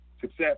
success